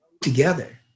together